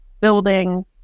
building